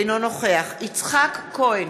אינו נוכח יצחק כהן,